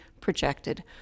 projected